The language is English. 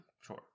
Sure